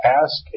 ask